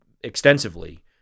extensively